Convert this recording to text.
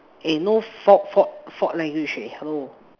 eh no fault fault fault language leh hello